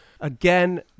Again